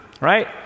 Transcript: right